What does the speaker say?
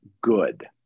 Good